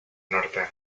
norte